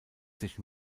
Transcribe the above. sich